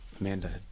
Amanda